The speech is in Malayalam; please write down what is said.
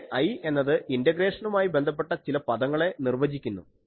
ഇവിടെ I എന്നത് ഇന്റഗ്രേഷനുമായി ബന്ധപ്പെട്ട ചില പദങ്ങളെ നിർവചിക്കുന്നു